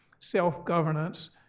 self-governance